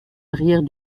arrière